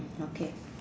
okay